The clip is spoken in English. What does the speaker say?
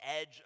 edge